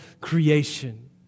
creation